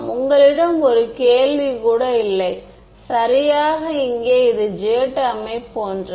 திசை தெளிவாக இல்லை அதாவது அது H இருக்கும் இடத்தைப் பொறுத்தது